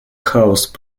house